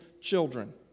children